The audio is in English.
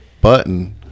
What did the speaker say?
button